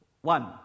One